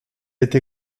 été